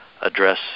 address